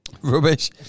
Rubbish